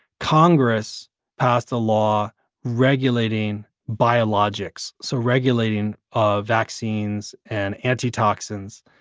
congress passed a law regulating biologics so regulating ah vaccines and antitoxins,